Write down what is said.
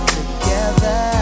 together